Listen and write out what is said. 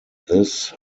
this